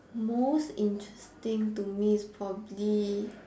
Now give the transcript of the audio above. most interesting to me is properly